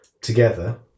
together